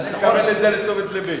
ואני מקבל את זה לתשומת לבי.